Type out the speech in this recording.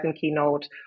keynote